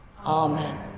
Amen